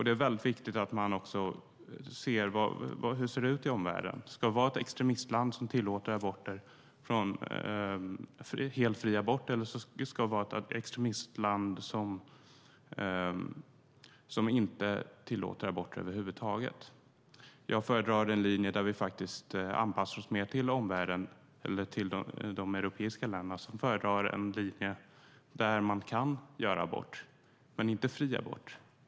Det är väldigt viktigt att också se hur det ser ut i omvärlden. Ska vi vara ett extremistland som tillåter helt fri abort, eller ska vi vara ett extremistland som inte tillåter abort över huvud taget? Jag föredrar den linje där vi faktiskt anpassar oss mer till omvärlden eller till de europeiska länderna, som föredrar en linje där man kan göra abort men inte fri abort.